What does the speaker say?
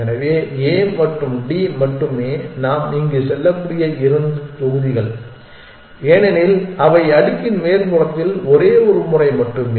எனவே A மற்றும் D மட்டுமே நாம் இங்கு செல்லக்கூடிய இரண்டு தொகுதிகள் ஏனெனில் அவை அடுக்கின் மேற்புறத்தில் ஒரே ஒரு முறை மட்டுமே